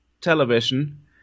television